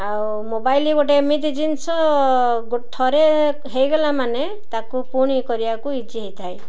ଆଉ ମୋବାଇଲ ଗୋଟେ ଏମିତି ଜିନିଷ ଥରେ ହେଇଗଲା ମାନେ ତାକୁ ପୁଣି କରିବାକୁ ଇଜି ହେଇଥାଏ